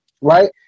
right